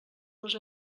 les